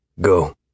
Go